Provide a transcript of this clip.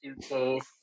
suitcase